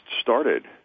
started